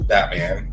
Batman